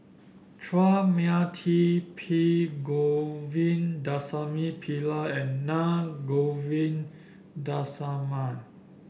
Chua Mia Tee P Govindasamy Pillai and Naa Govindasamy